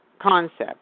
concept